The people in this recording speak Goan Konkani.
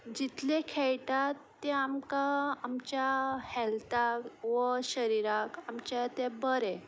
जितले खेळटात ते आमकां आमच्या हेल्थाक व शरिराक आमच्या ते बरें